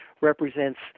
represents